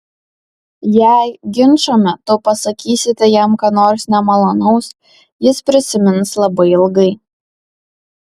jei ginčo metu pasakysite jam ką nors nemalonaus jis prisimins labai ilgai